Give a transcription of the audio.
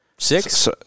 Six